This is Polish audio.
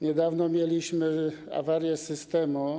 Niedawno mieliśmy awarię systemu.